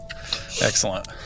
Excellent